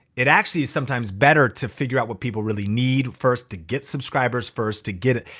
it actually is sometimes better to figure out what people really need first to get subscribers first to get it.